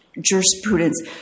jurisprudence